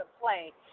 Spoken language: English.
play